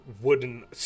wooden